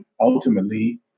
Ultimately